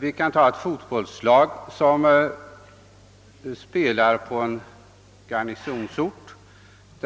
Om en värnpliktig, som fullgör sin tjänstgöring vid ett regemente på den ort där han bor, en söndag deltar i en seriematch på garnisonsorten och